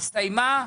הסתיימה.